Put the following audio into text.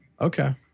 Okay